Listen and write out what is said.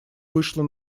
вышла